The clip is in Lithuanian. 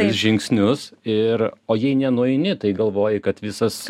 žingsnius ir o jei nenueini tai galvoji kad visas